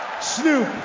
Snoop